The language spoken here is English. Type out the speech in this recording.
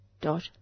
dot